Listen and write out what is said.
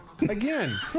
Again